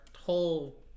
whole